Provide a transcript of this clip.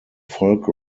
folk